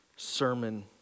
Sermon